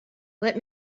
let